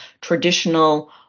traditional